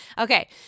Okay